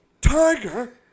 tiger